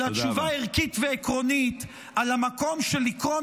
אלא תשובה ערכית ועקרונית על המקום של עקרון